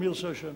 אם ירצה השם.